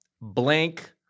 blank